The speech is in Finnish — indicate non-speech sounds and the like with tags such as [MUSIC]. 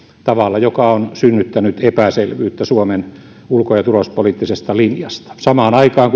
tavalla joka on synnyttänyt epäselvyyttä suomen ulko ja turvallisuuspoliittisesta linjasta samaan aikaan [UNINTELLIGIBLE]